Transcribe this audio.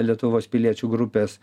lietuvos piliečių grupės